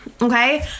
Okay